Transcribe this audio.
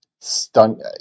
stun